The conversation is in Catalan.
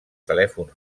telèfons